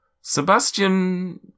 Sebastian